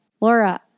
Laura